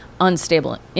unstable